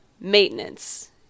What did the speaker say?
maintenance